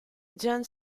jan